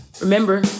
Remember